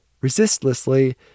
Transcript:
resistlessly